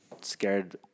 scared